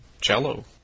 Cello